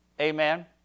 Amen